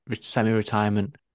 Semi-retirement